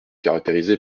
caractérisé